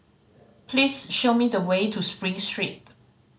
please show me the way to Spring Street